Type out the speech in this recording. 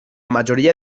majoria